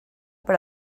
per